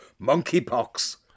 Monkeypox